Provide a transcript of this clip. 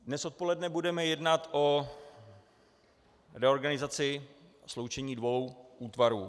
Dnes odpoledne budeme jednat o reorganizaci, o sloučení dvou útvarů.